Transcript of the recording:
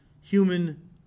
human